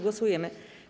Głosujemy.